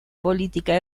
política